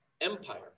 empire